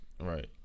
Right